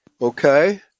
Okay